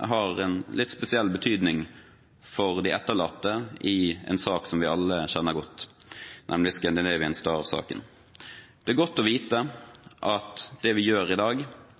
har en litt spesiell betydning for de etterlatte i en sak som vi alle kjenner godt, nemlig «Scandinavian Star»-saken. Det er godt å vite at det vi gjør i dag,